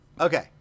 Okay